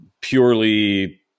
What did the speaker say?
purely